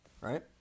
right